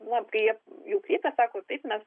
nu kai jie jau kreipias sako taip mes